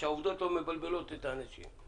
שהעובדות לא מבלבלות את האנשים.